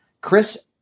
Chris